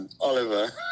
Oliver